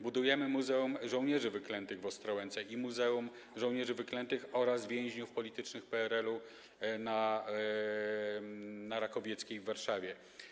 Budujemy Muzeum Żołnierzy Wyklętych w Ostrołęce oraz Muzeum Żołnierzy Wyklętych i Więźniów Politycznych PRL na Rakowieckiej w Warszawie.